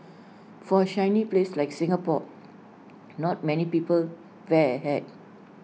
for A sunny place like Singapore not many people wear A hat